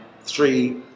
three